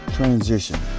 transition